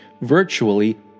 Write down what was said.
virtually